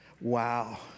Wow